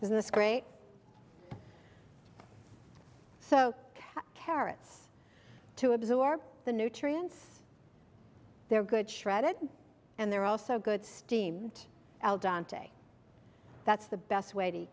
isn't this great so carrots to absorb the nutrients they're good shredded and they're also good steamed dante that's the best way to